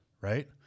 right